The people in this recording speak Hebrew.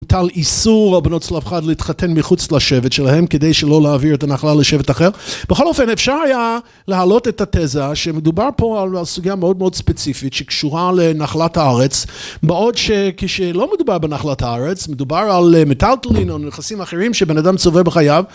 הוטל איסור על בנות צלפחד להתחתן מחוץ לשבט שלהם כדי שלא להעביר את הנחלה לשבט אחר בכל אופן אפשר היה להעלות את התזה שמדובר פה על סוגיה מאוד מאוד ספציפית שקשורה לנחלת הארץ בעוד שכשלא מדובר בנחלת הארץ מדובר על מטלטלין או נכסים אחרים שבן אדם צובר בחייו